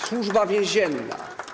Służba więzienna.